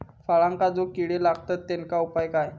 फळांका जो किडे लागतत तेनका उपाय काय?